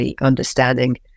understanding